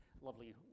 lovely